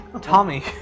Tommy